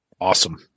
Awesome